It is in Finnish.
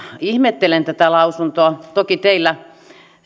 ihmettelen tätä lausuntoa toki teillä